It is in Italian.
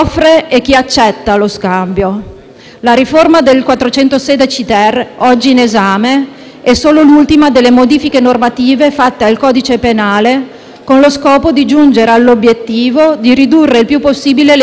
416-*ter* del codice penale oggi in esame è solo l'ultima delle modifiche normative fatte al codice penale con lo scopo di giungere all'obiettivo di ridurre il più possibile le interpretazioni giurisprudenziali.